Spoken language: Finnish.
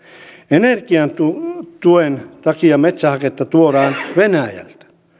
energiatuen takia metsähaketta tuodaan venäjältä